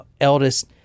eldest